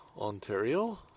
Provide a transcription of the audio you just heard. Ontario